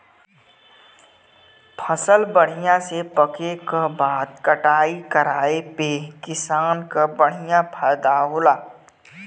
फसल बढ़िया से पके क बाद कटाई कराये पे किसान क बढ़िया फयदा होला